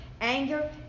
Anger